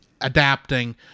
adapting